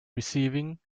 receiving